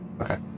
Okay